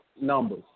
Numbers